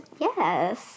Yes